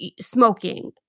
smoking